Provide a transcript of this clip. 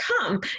come